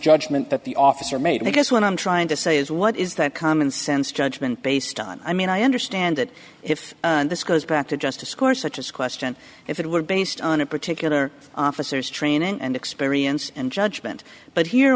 judgment that the officer made because when i'm trying to say is what is that common sense judgment based on i mean i understand that if this goes back to justice course such as question if it were based on a particular officers training and experience and judgment but here